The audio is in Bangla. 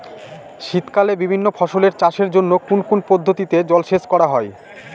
শীতকালে বিভিন্ন ফসলের চাষের জন্য কোন কোন পদ্ধতিতে জলসেচ করা হয়?